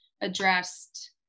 addressed